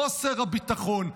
חוסר הביטחון.